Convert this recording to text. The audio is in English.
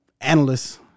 analysts